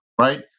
right